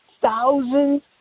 thousands